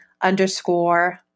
underscore